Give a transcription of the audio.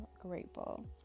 grateful